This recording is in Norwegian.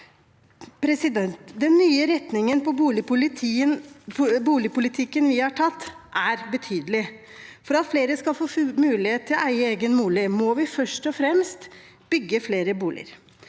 bolig. Den nye retningen på boligpolitikken vi har tatt, er betydelig. For at flere skal få mulighet til å eie egen bolig, må vi først og fremst bygge flere boliger.